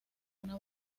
una